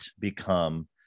become